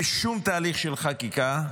בשום תהליך של חקיקה,